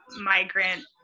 migrant